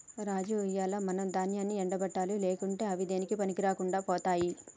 రాజు ఇయ్యాల మనం దాన్యాన్ని ఎండ పెట్టాలి లేకుంటే అవి దేనికీ పనికిరాకుండా పోతాయి